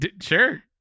sure